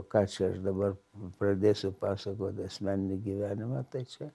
ką čia aš dabar pradėsiu pasakot asmeninį gyvenimą tai čia